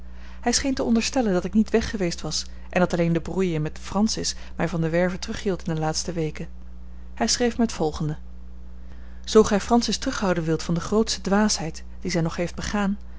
hij scheen te onderstellen dat ik niet weg geweest was en dat alleen de brouille met francis mij van de werve terughield in de laatste weken hij schreef mij het volgende zoo gij francis terughouden wilt van de grootste dwaasheid die zij nog heeft begaan